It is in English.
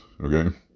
Okay